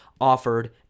offered